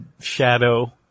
shadow